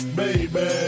baby